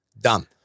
Done